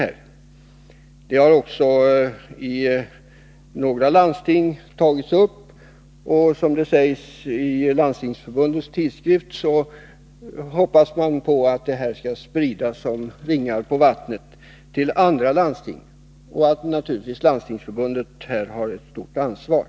Några landsting har också tagit upp denna sak, och som det sägs i Landstingsförbundets tidskrift hoppas man att det skall spridas såsom ringar på vattnet till andra landsting. Landstingsförbundet har naturligtvis här ett stort ansvar.